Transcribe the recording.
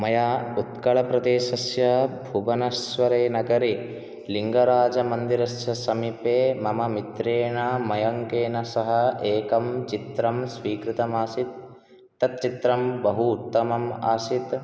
मया उत्कळप्रदेशस्य भुवनेश्वरनगरे लिङ्गराजमन्दिरस्य समिपे मम मित्रेण मयङ्केन सह एकं चित्रं स्वीकृतमासित् तच्छित्रं बहु उत्तमम् आसीत्